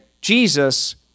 Jesus